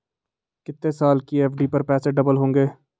कितने साल की एफ.डी पर पैसे डबल होंगे?